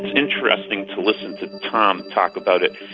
interesting to listen to tom talk about it,